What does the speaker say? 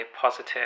positive